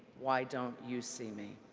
why don't you see me?